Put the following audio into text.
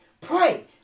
Pray